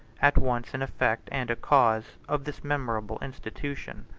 at once an effect and a cause, of this memorable institution.